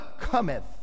cometh